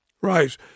Right